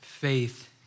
Faith